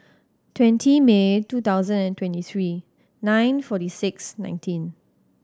twenty May two thousand and twenty three nine forty six nineteen